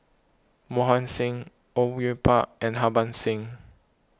Mohan Singh Au Yue Pak and Harbans Singh